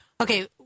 Okay